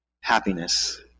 happiness